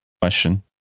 question